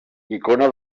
icona